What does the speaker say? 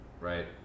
right